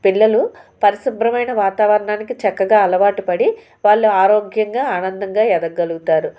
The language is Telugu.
పిల్లలు పరిశుభ్రమైన వాతావరణానికి చక్కగా అలవాటు పడి వాళ్ళు ఆరోగ్యంగా ఆనందంగా ఎదగలుగుతారు